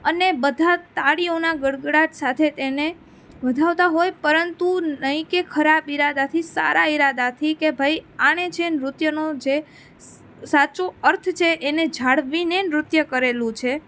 અને બધા તાળીઓના ગડગડાટ સાથે તેને વધાવતા હોય પરંતુ નહીં કે ખરાબ ઈરાદાથી સારા ઈરાદાથી કે ભાઈ આને જે નૃત્યનો જે સ સાચું અર્થ છે એને જાળવીને નૃત્ય કરેલું છે